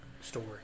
story